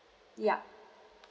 yup